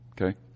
Okay